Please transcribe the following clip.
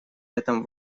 этом